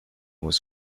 was